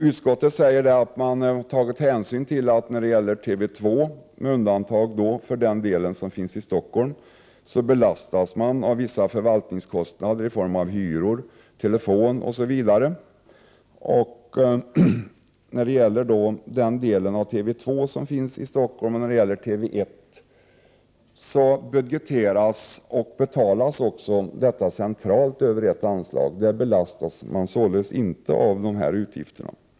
Utskottet säger att TV 2, med undantag av den del som finns i Stockholm, belastas med vissa förvaltningskostnader i form av hyror, telefon osv. När det gäller den del av TV 2 som finns i Stockholm samt TV 1 sker budgetering och betalningar centralt över ett och samma anslag. Man belastas således inte av dessa utgifter.